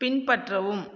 பின்பற்றவும்